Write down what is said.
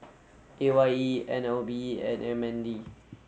A Y E N L B and M N D